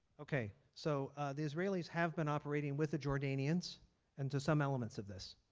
okay. so the israelis have been operating with the jordanians and to some elements of this.